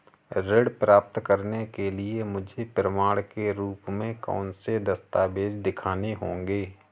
ऋण प्राप्त करने के लिए मुझे प्रमाण के रूप में कौन से दस्तावेज़ दिखाने होंगे?